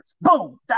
Boom